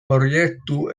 proiektu